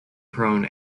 prone